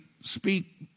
speak